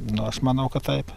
nu aš manau kad taip